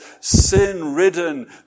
sin-ridden